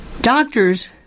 Doctors